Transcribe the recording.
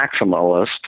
maximalist